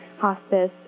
hospice